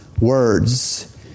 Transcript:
words